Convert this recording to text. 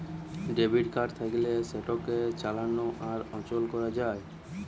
debit card থাকলে সেটাকে চালানো আর অচল করা যায়